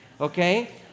okay